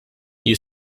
you